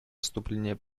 выступление